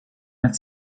nel